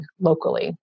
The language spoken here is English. locally